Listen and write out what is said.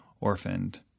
orphaned